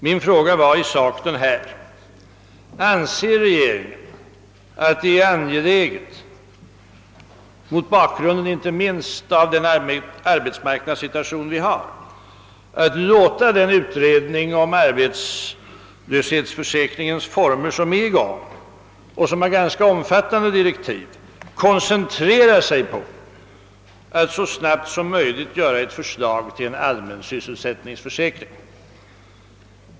Min fråga var i sak denna: Anser regeringen att det är angeläget, inte minst mot bak tion vi har, att låta den utredning om arbetslöshetsförsäkringens former som nu arbetar och som har ganska omfattande direktiv, koncentrera sig på att så snabbt som möjligt framlägga ett förslag om en allmän sysselsättningsförsäkring?